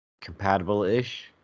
compatible-ish